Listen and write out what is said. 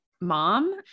mom